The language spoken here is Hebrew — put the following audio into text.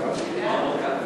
נתקבלה.